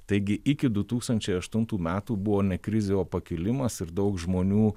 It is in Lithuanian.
taigi iki du tūkstančiai aštuntų metų buvo ne krizė o pakilimas ir daug žmonių